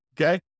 Okay